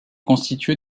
constituée